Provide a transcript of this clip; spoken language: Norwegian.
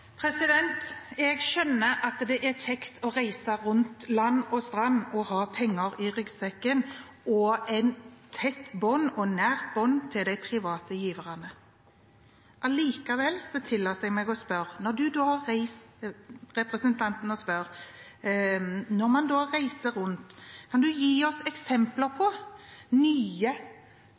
Jeg skjønner at det er kjekt å reise land og strand rundt og ha penger i ryggsekken og et tett og nært bånd til de private giverne. Allikevel tillater jeg meg å spørre representanten: Når